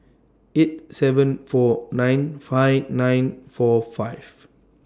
eight seven four nine five nine four five